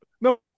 No